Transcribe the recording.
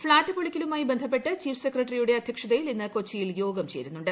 flat പൊളിക്കലുമായി ബന്ധപ്പെട്ട് chief സെക്രട്ടറിയുടെ അധ്യക്ഷതയിൽ ഇന്ന് കൊച്ചിയിൽ യോഗം ചേരുന്നുണ്ട്